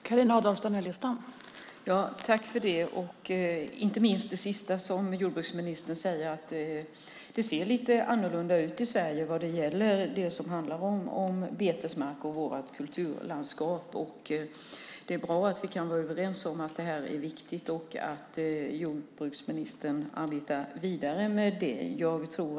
Fru talman! Jag tackar jordbruksministern, inte minst för det sista som han sade om att det ser lite annorlunda ut i Sverige vad gäller betesmarker och vårt kulturlandskap. Det är bra att vi är överens om att detta är viktigt och att jordbruksministern arbetar vidare med det.